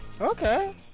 Okay